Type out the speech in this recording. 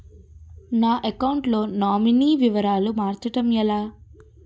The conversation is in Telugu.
నా అకౌంట్ లో నామినీ వివరాలు మార్చటం ఎలా?